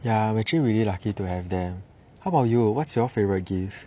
ya I'm actually really lucky to have them how about you what's your favorite gift